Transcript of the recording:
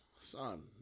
Son